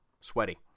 sweaty